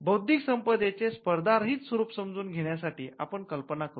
बौद्धिक संपदेचे स्पर्धारहित स्वरूप समजून घेण्यासाठी आपण कल्पना करू या